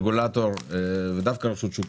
בתפקיד של הרגולטור של רשות שוק